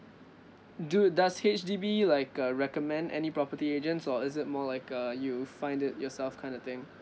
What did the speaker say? do does H_D_B like uh recommend any property agents or is it more like uh you find it yourself kind of thing